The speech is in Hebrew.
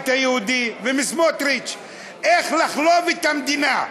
היהודי ומסמוטריץ איך לחלוב את המדינה.